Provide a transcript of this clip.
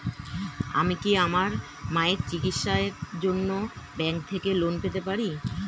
আমি কি আমার মায়ের চিকিত্সায়ের জন্য ব্যঙ্ক থেকে লোন পেতে পারি?